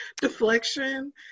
deflection